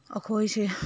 ꯑꯩꯈꯣꯏꯁꯦ